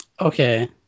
Okay